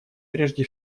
прежде